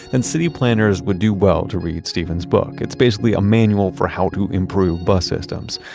then city planners would do well to read steven's book. it's basically a manual for how to improve bus systems.